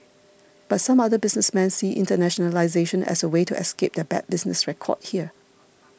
but some other businessmen see internationalisation as a way to escape their bad business record here